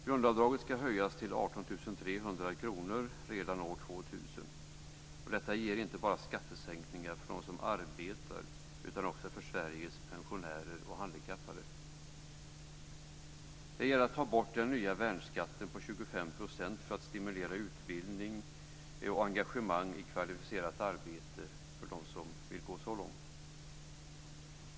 Grundavdraget ska höjas till 18 300 kr redan år 2000. Detta ger inte bara skattesänkningar för dem som arbetar utan också för Det gäller att ta bort den nya värnskatten på 25 % för att på så sätt stimulera utbildning och engagemang i kvalificerat arbete för dem som vill gå så långt.